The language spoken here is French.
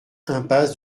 impasse